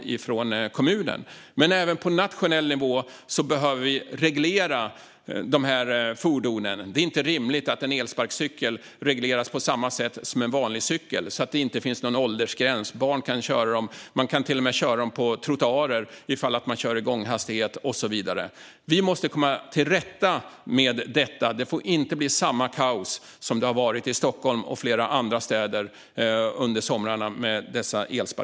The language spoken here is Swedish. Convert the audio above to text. Även på nationell nivå behöver vi dock reglera dessa fordon. Det är inte rimligt att en elsparkcykel regleras på samma sätt som en vanlig cykel, så att det inte finns någon åldersgräns, så att barn kan köra dem, så att de till och med kan köras på trottoarer om det görs i gånghastighet och så vidare. Vi måste komma till rätta med detta. Det får inte bli samma kaos med dessa elsparkcyklar som det har varit i Stockholm och flera andra städer under somrarna.